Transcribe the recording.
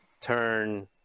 turn